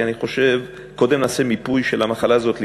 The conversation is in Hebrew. כי אני חושב שקודם נעשה מיפוי של המחלה הזאת,